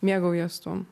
mėgaujies tuom